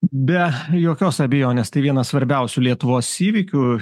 be jokios abejonės tai vienas svarbiausių lietuvos įvykių